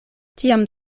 tiam